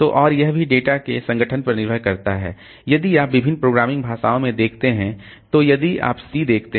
तो और यह भी डेटा के संगठन पर निर्भर करता है यदि आप विभिन्न प्रोग्रामिंग भाषाओं में देखते हैं तो यदि आप C देखते हैं